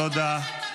תודה.